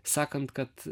sakant kad